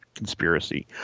Conspiracy